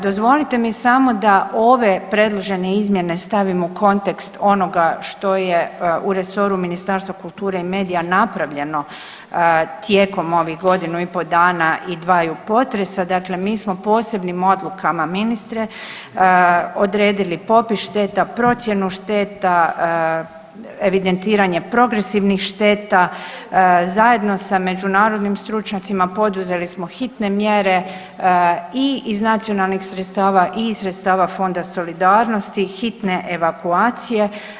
Dozvolite mi samo da ove predložene izmjene stavim u kontekst onoga što je u resoru Ministarstva kulture i medija napravljeno tijekom ovih godinu i po dana i dvaju potresa, dakle mi smo posebnim odlukama ministre odredili popis šteta, procjenu šteta, evidentiranja progresivnih šteta, zajedno sa međunarodnim stručnjacima, poduzeli smo hitne mjere i iz nacionalnih sredstava i iz sredstava Fonda solidarnosti, hitne evakuacije.